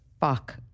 fuck